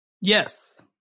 Yes